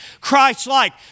Christ-like